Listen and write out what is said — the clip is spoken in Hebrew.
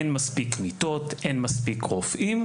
אין מספיק מיטות, אין מספיק רופאים,